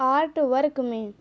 art work میں